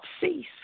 cease